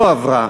לא עברה.